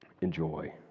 Enjoy